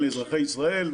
לאזרחי ישראל.